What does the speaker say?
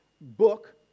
book